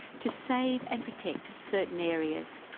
to save and protect certain areas,